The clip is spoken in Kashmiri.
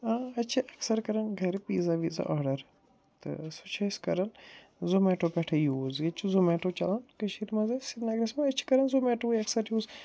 آ أسۍ چھِ اکثر کَران گَرِ پیٖزا ویٖزا آرڈر تہٕ سُہ چھِ أسۍ کَران زومیٹو پٮ۪ٹھَے یوٗز ییٚتہِ چھُ زومیٹو چَلان کٔشیٖرِ منٛز اَسہِ سیرینگرس منٛز أسۍ چھِ کَران زومیٹووٕے اکثر یوٗز